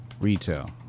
Retail